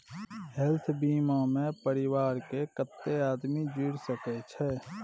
Health बीमा मे परिवार के कत्ते आदमी जुर सके छै?